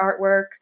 artwork